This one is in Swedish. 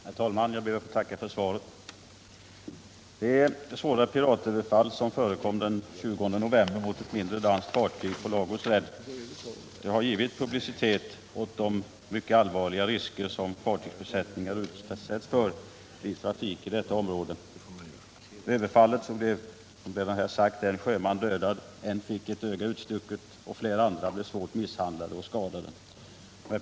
Herr talman! Jag ber att få tacka för svaret. Det svåra piratöverfall som förekom den 20 november mot ett mindre danskt fartyg på Lagos redd har givit publicitet åt de mycket allvarliga risker som fartygsbesättningarna löper vid trafik i detta område. Vid överfallet blev en sjöman dödad, en fick ögat utstucket, flera andra blev svårt misshandlade och skadade.